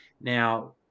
Now